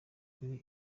kuri